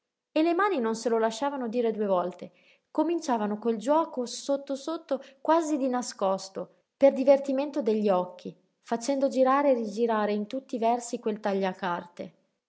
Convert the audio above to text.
e le mani non se lo lasciavano dire due volte cominciavano quel giuoco sotto sotto quasi di nascosto per divertimento degli occhi facendo girare e rigirare in tutti i versi quel tagliacarte